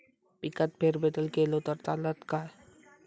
पिकात फेरबदल केलो तर चालत काय?